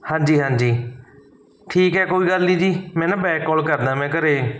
ਹਾਂਜੀ ਹਾਂਜੀ ਠੀਕ ਹੈ ਕੋਈ ਗੱਲ ਨਹੀਂ ਜੀ ਮੈਂ ਨਾ ਬੈੱਕ ਕੋਲ ਕਰਦਾ ਮੈਂ ਘਰ